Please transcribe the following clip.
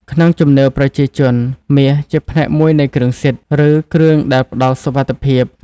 ក្នុងជំនឿប្រជាជន មាសជាផ្នែកមួយនៃគ្រឿងសិទ្ធិ ឬគ្រឿងដែលផ្តល់សុវត្ថិភាព។